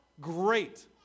great